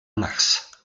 mars